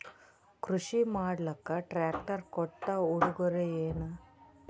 ಕೃಷಿ ಮಾಡಲಾಕ ಟ್ರಾಕ್ಟರಿ ಕೊಟ್ಟ ಉಡುಗೊರೆಯೇನ?